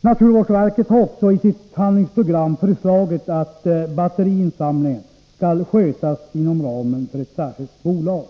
Naturvårdsverket har också i sitt handlingsprogram föreslagit att batteriinsamlingen skall skötas inom ramen för ett särskilt bolag.